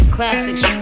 Classic